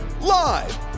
Live